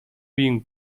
үеийн